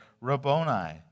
Rabboni